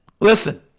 listen